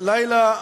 לילה